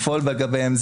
לפעול לגביהם.